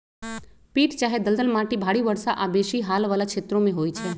पीट चाहे दलदल माटि भारी वर्षा आऽ बेशी हाल वला क्षेत्रों में होइ छै